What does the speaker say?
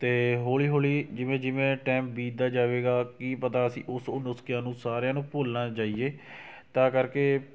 ਅਤੇ ਹੌਲੀ ਹੌਲੀ ਜਿਵੇਂ ਜਿਵੇਂ ਟਾਈਮ ਬੀਤਦਾ ਜਾਵੇਗਾ ਕੀ ਪਤਾ ਅਸੀਂ ਉਸ ਨੁਸਖਿਆਂ ਨੂੰ ਸਾਰਿਆਂ ਨੂੰ ਭੁੱਲਣਾ ਚਾਹੀਏ ਤਾਂ ਕਰਕੇ